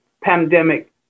pandemic